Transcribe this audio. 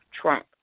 Trump